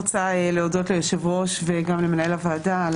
אני רוצה להודות ליושב-ראש וגם למנהל הוועדה על